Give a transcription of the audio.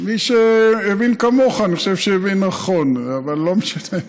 מי שהבין כמוך, אני חושב שהבין נכון, אבל לא משנה.